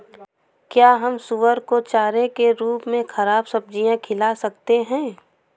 क्या हम सुअर को चारे के रूप में ख़राब सब्जियां खिला सकते हैं?